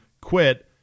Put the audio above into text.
quit